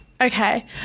Okay